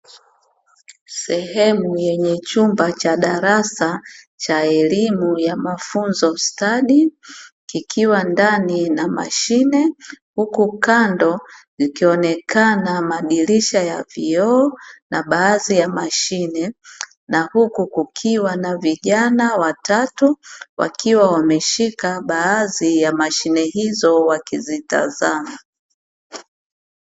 Sehemu yenye chumba cha darasa cha elimu ya mafunzo stadi ikiwa ndani na mashine. Huku kando yakionekana madirisha ya vioo na baadhi ya mashine, Na huku kukiwa na vijana watatu wakiwa wameshika baadhi ya mashine hizo wakizitazama.